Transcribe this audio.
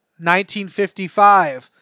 1955